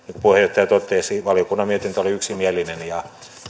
puheenjohtaja totesi valiokunnan mietintö oli yksimielinen ja